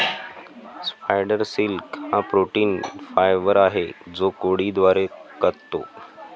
spider silk हा protein fibre आहे जो कोळी द्वारे काततो